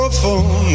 phone